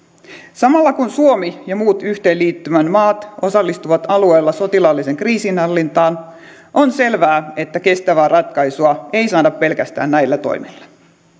samalla kun suomi ja muut yhteenliittymän maat osallistuvat alueella sotilaalliseen kriisinhallintaan on selvää että kestävää ratkaisua ei saada pelkästään näillä toimilla